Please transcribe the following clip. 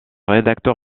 rédacteur